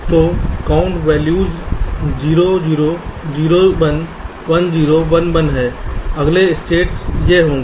तो count values 0 0 0 1 1 0 1 1 हैं अगले स्टेट्स यह होंगे